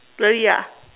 really ah